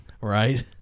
Right